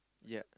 yeah